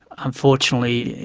unfortunately,